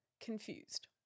confused